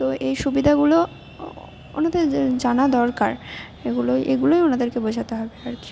তো এই সুবিধাগুলো ওনাদের জানা দরকার এগুলোই এগুলোই ওনাদেরকে বোঝাতে হবে আর কি